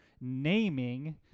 naming